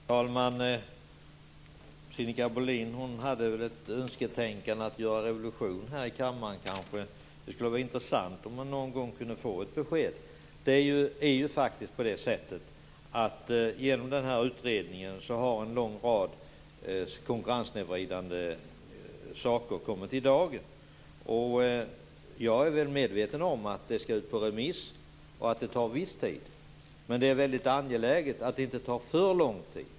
Herr talman! Sinikka Bohlin har ett önsketänkande om att göra revolution i kammaren. Det skulle vara intressant att någon gång få besked. Genom utredningen har en lång rad konkurrenssnedvridande saker kommit i dagen. Jag är medveten om att den skall ut på remiss och att det tar tid. Det är angeläget att det inte tar för lång tid.